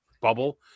bubble